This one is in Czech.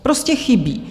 Prostě chybí.